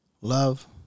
Love